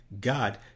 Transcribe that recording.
God